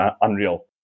unreal